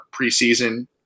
preseason